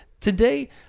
today